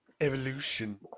Evolution